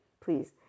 please